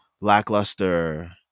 lackluster